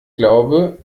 glaube